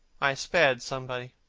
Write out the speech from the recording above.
i spared somebody.